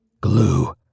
Glue